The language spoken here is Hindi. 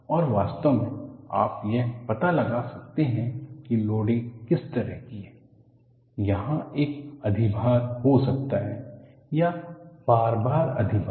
और वास्तव में आप यह पता लगा सकते हैं कि लोडिंग किस तरह की है यहां एक अधिभार हो सकता है या बार बार अधिभार